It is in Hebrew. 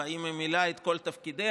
והאם היא מילאה את כל תפקידיה?